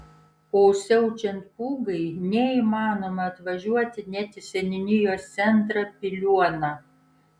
o siaučiant pūgai neįmanoma atvažiuoti net į seniūnijos centrą piliuoną